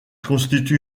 constitue